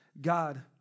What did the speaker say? God